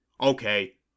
Okay